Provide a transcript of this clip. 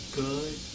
good